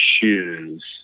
shoes